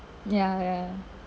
ya ya